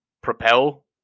propel